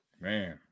Man